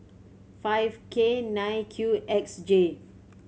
five K nine Q X J